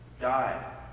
Die